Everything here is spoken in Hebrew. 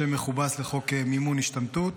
שם מכובס לחוק מימון השתמטות.